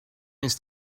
ist